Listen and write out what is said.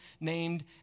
named